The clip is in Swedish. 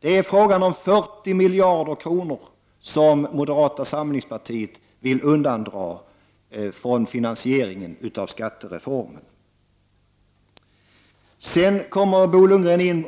Det är fråga om 40 miljarder kronor, som moderata samlingspartiet vill undandra från finansieringen av skattereformen. Vidare frågar Bo Lundgren: